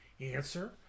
Answer